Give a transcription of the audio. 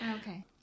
Okay